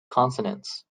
consonants